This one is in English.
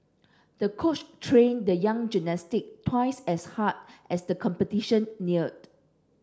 the coach trained the young gymnast twice as hard as the competition neared